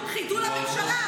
חידול הממשלה,